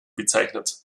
bezeichnet